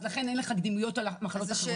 אז לכן אין לך קדימויות על מחלות אחרות.